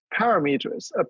parameters